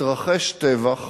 מתרחש טבח